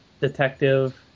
Detective